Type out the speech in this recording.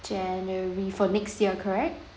january for next year correct